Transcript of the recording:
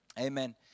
Amen